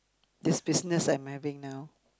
this business I'm having now